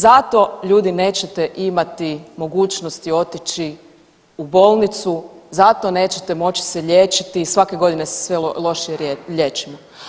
Zato ljudi nećete imati mogućnosti otići u bolnicu, zato nećete moći se liječiti, svake godine se sve lošije liječimo.